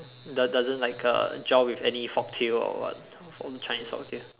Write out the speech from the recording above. does~ doesn't doesn't like uh gel with any folktale or what all the chinese folktale